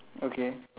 okay